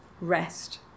rest